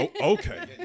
Okay